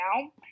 now